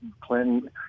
Clinton